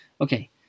Okay